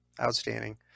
Outstanding